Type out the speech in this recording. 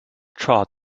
trod